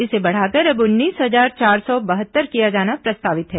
इसे बढ़ाकर अब उन्नीस हजार चार सौ बहत्तर किया जाना प्रस्तावित है